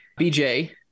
BJ